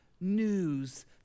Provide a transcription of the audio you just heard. news